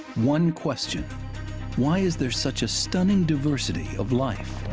one question why is there such a stunning diversity of life?